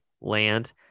land